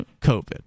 COVID